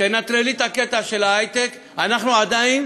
תנטרלי את הקטע של ההיי-טק, ואנחנו עדיין